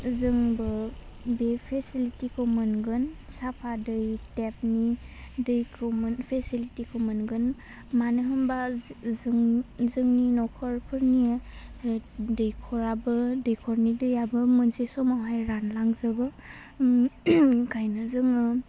जोंबो बे फेसिलिटिखौ मोनगोन साफा दै टेपनि दैखौ मोन फेसिलिटिखौ मोनगोन मानो होनबा जों जोंनि नख'रफोरनि दैख'राबो दैख'रनि दैयाबो मोनसे समावहाय रानलांजोबो ओंखायनो जोङो